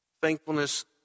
Thankfulness